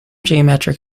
geometric